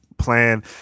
Plan